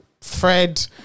Fred